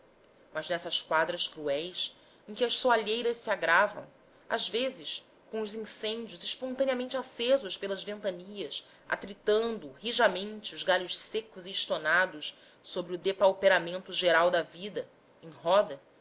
mas nessas quadras cruéis em que as soalheiras se agravam às vezes com os incêndios espontaneamente acesos pelas ventanias atritando rijamente os galhos secos e estonados sobre o depauperamento geral da vida em roda